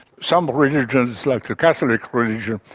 some religions, like the catholic religion,